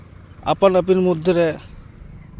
ᱟᱯᱟᱱ ᱟᱹᱯᱤᱱ ᱢᱚᱫᱽᱫᱷᱮ ᱨᱮ